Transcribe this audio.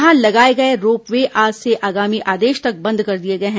यहां लगाए गए रोप वे आज से आगामी आदेश तक बंद कर दिए गए हैं